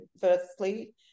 firstly